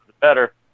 better